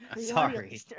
Sorry